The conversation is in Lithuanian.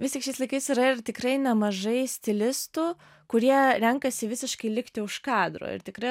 vis tik šiais laikais yra ir tikrai nemažai stilistų kurie renkasi visiškai likti už kadro ir tikrai